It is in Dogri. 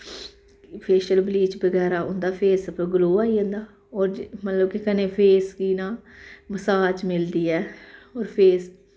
फेशल ब्लीच बगैरा उं'दा फेस पर ग्लो आई जंदा होर मतलब कि कन्नै फेस दा न मसाज मिलदी ऐ होर फेस